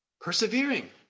Persevering